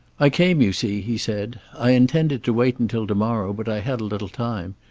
i came, you see, he said. i intended to wait until to-morrow, but i had a little time.